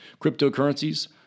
Cryptocurrencies